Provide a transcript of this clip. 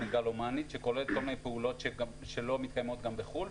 המגלומנית שכוללת כל מיני פעולות שלא מתקיימות גם בחו"ל,